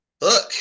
look